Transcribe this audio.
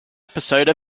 episode